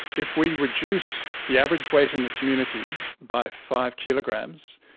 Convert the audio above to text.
if we reduce the average weight in the community by five kilograms,